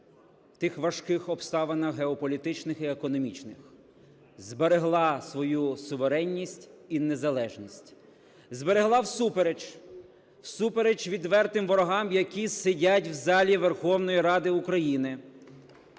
тих важких обставинах, геополітичних і економічних, зберегла свою суверенність і незалежність. Зберегла всупереч, всупереч відвертим ворогам, які сидять в залі Верховної Ради України.